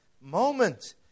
moment